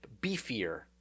beefier